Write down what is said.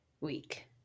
week